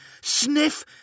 sniff